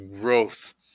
growth